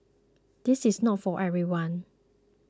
this is not for everyone